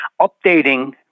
updating